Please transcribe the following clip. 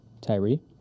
Tyree